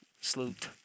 Sloot